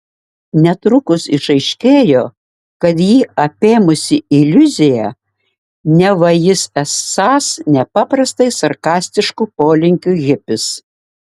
netrukus išaiškėjo kad jį apėmusi iliuzija neva jis esąs nepaprastai sarkastiškų polinkių hipis